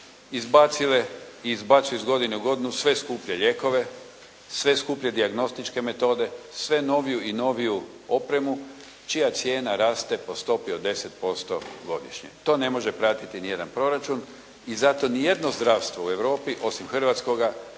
izbacile i izbacuju iz godine u godinu sve skuplje lijekove, sve skuplje dijagnostičke metode, sve noviju i noviju opremu čija cijena raste po stopi od 10% godišnje. To ne može pratiti nijedan proračun i zato nijedno zdravstvo u Europi, osim hrvatskoga,